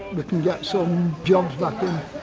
but can get some jobs back in.